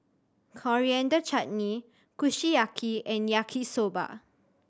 Coriander Chutney Kushiyaki and Yaki Soba